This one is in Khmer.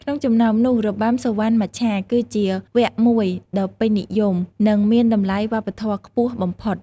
ក្នុងចំណោមនោះ របាំសុវណ្ណមច្ឆាគឺជាវគ្គមួយដ៏ពេញនិយម និងមានតម្លៃវប្បធម៌ខ្ពស់បំផុត។